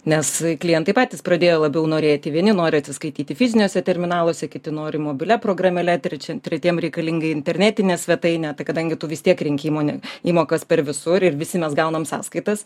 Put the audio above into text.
nes klientai patys pradėjo labiau norėti vieni nori atsiskaityti fiziniuose terminaluose kiti nori mobilia programėle trečiam tretiems reikalinga internetinė svetainė tai kadangi tu vis tiek renki įmonė įmokas per visur ir visi mes gauname sąskaitas